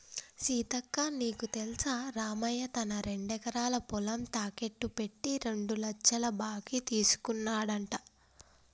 సీతక్క నీకు తెల్సా రామయ్య తన రెండెకరాల పొలం తాకెట్టు పెట్టి రెండు లచ్చల బాకీ తీసుకున్నాడంట